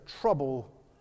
trouble